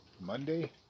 Monday